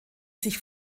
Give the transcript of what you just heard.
sich